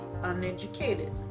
uneducated